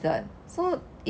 uh main course